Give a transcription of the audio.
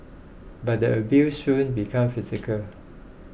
but the abuse soon became physical